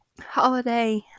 holiday